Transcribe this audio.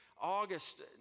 August